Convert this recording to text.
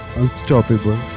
unstoppable